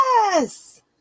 Yes